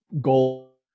goal